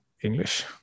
English